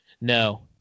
No